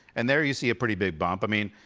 and there you see a pretty big bump. i mean,